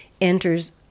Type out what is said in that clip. enters